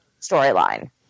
storyline